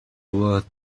worth